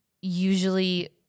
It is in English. usually